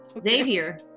Xavier